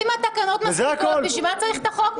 אם התקנות מספיקות, בשביל מה צריך את החוק?